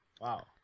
Wow